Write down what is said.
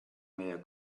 meie